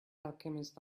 alchemist